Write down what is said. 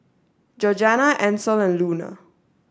Georgeanna Ancel and Luna